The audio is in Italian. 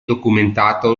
documentato